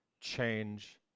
change